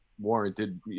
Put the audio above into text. warranted